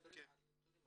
מדברים על נתונים,